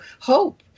hope